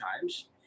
times